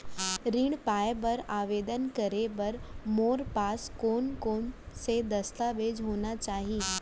ऋण पाय बर आवेदन करे बर मोर पास कोन कोन से दस्तावेज होना चाही?